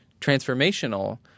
transformational